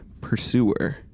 pursuer